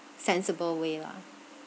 sensible way lah